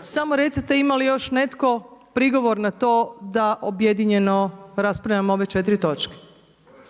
Samo recite ima li još netko prigovor na to da objedinjeno raspravljamo ove četiri točke?